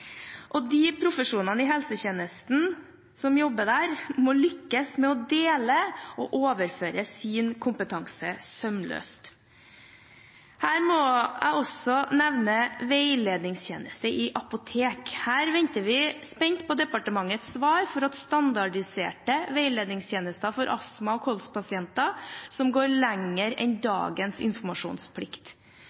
De profesjonene i helsetjenesten som jobber der, må lykkes med å dele og overføre sin kompetanse sømløst. Her må jeg også nevne veiledningstjeneste i apotek. Vi venter spent på departementets svar for standardiserte veiledningstjenester for astma- og kolspasienter som går lenger enn dagens informasjonsplikt.